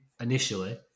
initially